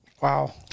Wow